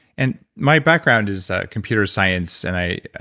and my background is computer science, and i